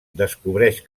descobreix